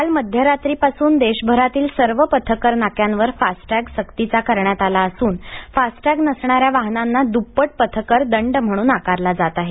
काल मध्यरात्रीपासून देशभरातील सर्व पथकर नाक्यांवर फास्टटॅग सक्तीचा करण्यात आला असून फास्टटॅग नसणाऱ्या वाहनांना दुप्पट पथकर दंड म्हणून आकारला जात आहे